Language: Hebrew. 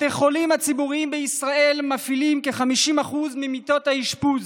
בתי החולים הציבוריים בישראל מפעילים כ-50% ממיטות האשפוז.